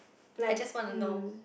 I just wanna know